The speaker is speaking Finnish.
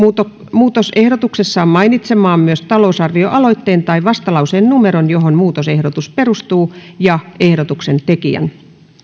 muutosehdotuksessaan mainitsemaan myös talousarvioaloitteen tai vastalauseen numeron johon muutosehdotus perustuu ja ehdotuksen tekijän